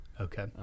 Okay